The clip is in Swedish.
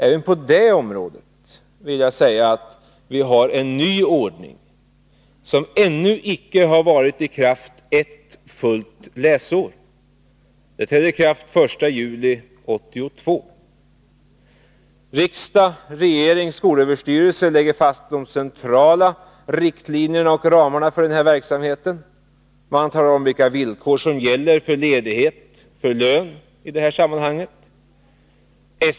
Även på detta område vill jag säga att vi har en ny ordning, som ännu inte har varit i kraft ett fullt läsår. Bestämmelserna trädde i kraft den 1 juli 1982. Riksdag, regering och skolöverstyrelse skall lägga fast de centrala riktlinjerna och ramarna för denna verksamhet. Man talar om vilka villkor som gäller för ledighet och för lön.